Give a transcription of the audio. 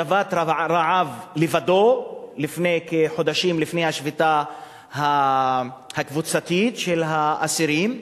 שבת רעב לבדו חודשים לפני השביתה הקבוצתית של האסירים,